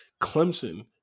Clemson